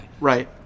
Right